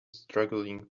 struggling